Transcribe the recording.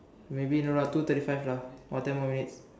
maybe in around two thirty five lah or ten more minute